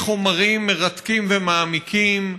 מביא חומרים מרתקים ומעמיקים,